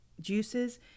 juices